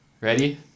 Ready